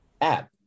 app